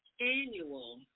annual